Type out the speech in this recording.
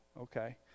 okay